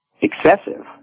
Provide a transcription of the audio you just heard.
excessive